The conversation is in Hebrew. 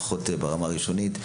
לפחות ברמה הראשונית.